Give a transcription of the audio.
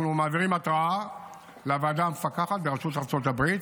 אנחנו מעבירים התרעה לוועדה המפקחת בראשות ארצות הברית,